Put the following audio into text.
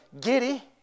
giddy